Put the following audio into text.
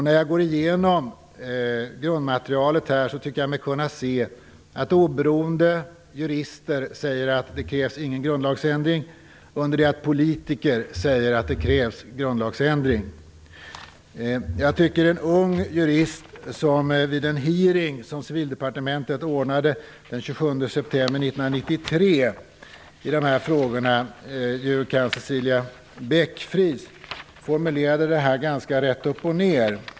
När jag går igenom grundmaterialet i ärendet tycker jag mig kunna se att oberoende jurister säger att det inte krävs någon grundlagsändring, under det att politiker säger att en sådan krävs. Vid en hearing som Civildepartementet ordnade i de här frågorna den 27 september 1993 formulerade en ung jurist, jur. kand. Cecilia Beck-Friis, det här ganska rätt upp och ner.